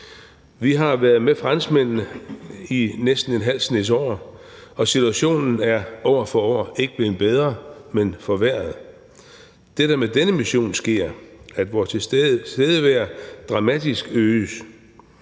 Vi har været med franskmændene i næsten en halv snes år, og situationen er år for år ikke blevet bedre, men forværret. Det, der sker med denne mission, er, at vores tilstedeværelse øges